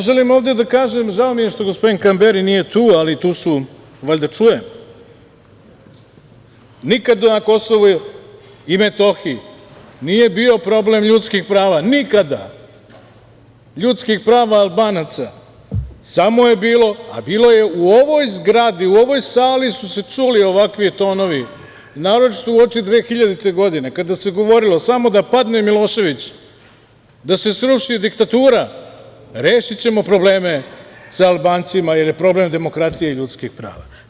Želim ovde da kažem, žao mi je što gospodin Kamberi nije tu, ali valjda čuje, nikada na Kosovu i Metohiji nije bio problem ljudskih prava, nikada, ljudskih prava Albanaca, samo je bilo, a bilo je u ovoj zgradi, u ovoj sali su se čuli ovakvi tonovi, naročito uoči 2000. godine, kada se govorilo – samo da padne Milošević, da se sruši diktatura, rešićemo probleme sa Albancima, jer je problem demokratija i ljudska prava.